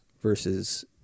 versus